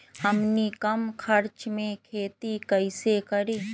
हमनी कम खर्च मे खेती कई से करी?